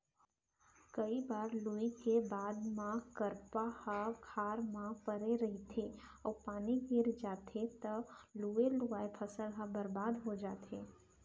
कइ बार लूए के बाद म करपा ह खार म परे रहिथे अउ पानी गिर जाथे तव लुवे लुवाए फसल ह बरबाद हो जाथे